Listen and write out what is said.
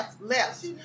left